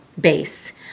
base